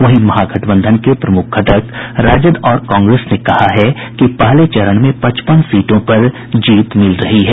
वहीं महागठबंधन के प्रमुख घटक राजद और कांग्रेस ने कहा है कि पहले चरण में पचपन सीटों पर जीत मिल रही है